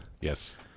Yes